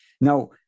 Now